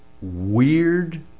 weird